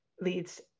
leads